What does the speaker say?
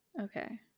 Okay